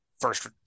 first